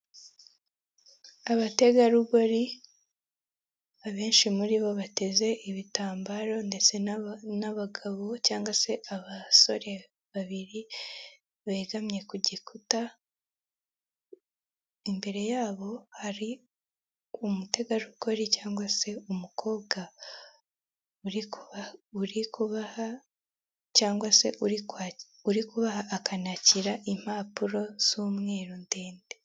Ahantu ndahabona umuntu mu kayira k'abanyamaguru arimo aragenda bika bigaragara ko hari n'undi muntu wicaye munsi y'umutaka wa emutiyeni ndetse bikaba bigaragara ko uyu muntu acuruza amayinite bikaba binagaragara ko hari imodoka y'umukara ndetse na taransifa y'amashanyarazi.